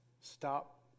Stop